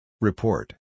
Report